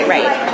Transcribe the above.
Right